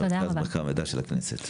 אני חוקרת במרכז המחקר והמידע של הכנסת